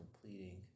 completing